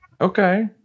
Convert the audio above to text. Okay